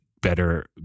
better